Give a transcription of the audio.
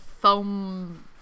foam